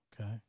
Okay